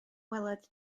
weled